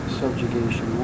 subjugation